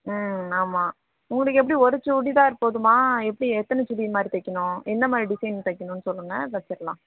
ம் ஆமாம் உங்களுக்கு எப்படி ஒரு சுடிதார் போதுமா எப்படி எத்தனை சுடி இது மாதிரி தக்கணும் எந்த மாதிரி டிசைன் தைக்கணுன்னு சொல்லுங்கள் தச்சுர்லாம்